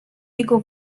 jego